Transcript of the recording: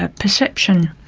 ah perception,